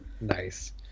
Nice